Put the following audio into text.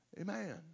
Amen